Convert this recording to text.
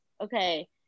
okay